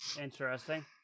Interesting